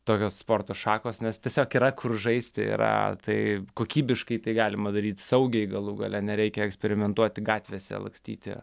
tokios sporto šakos nes tiesiog yra kur žaisti yra tai kokybiškai tai galima daryt saugiai galų gale nereikia eksperimentuoti gatvėse lakstyti